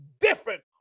different